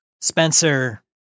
Spencer